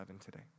today